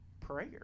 prayer